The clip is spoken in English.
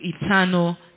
eternal